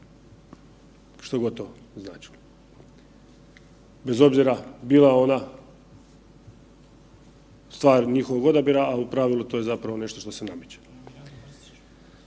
Što god to značilo, bez obzira bila ona stvar njihovog odabira, al u pravilu to je zapravo nešto što se nameće.